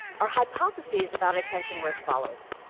our hypotheses about attention were as follows